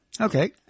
Okay